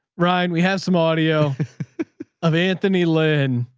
ryan, we have some audio of anthony lynn.